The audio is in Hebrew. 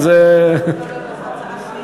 חנין,